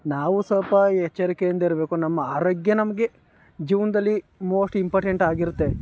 ನಾವು ಸ್ವಲ್ಪ ಎಚ್ಚರಿಕೆಯಿಂದ ಇರಬೇಕು ನಮ್ಮ ಆರೋಗ್ಯ ನಮಗೆ ಜೀವನಲ್ಲಿ ಮೋಸ್ಟ್ ಇಂಪಾರ್ಟೆಂಟ್ ಆಗಿರುತ್ತೆ